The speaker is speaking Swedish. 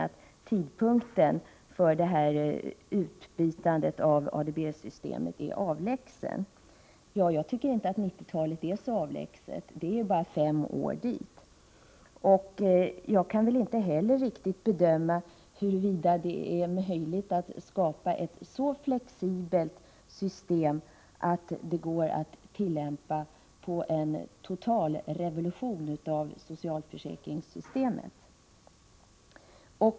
Tidpunkten för ett utbyte av ADB-systemet är avlägsen, säger socialministern. Men jag tycker inte att 1990-talet är så avlägset. Det är bara fem år dit. Jag kan inte heller riktigt bedöma huruvida det är möjligt att skapa ett så flexibelt system att det går att tillämpa om det sker en total revolution av socialförsäkringssystemet.